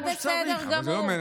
אתה בסדר גמור.